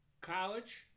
college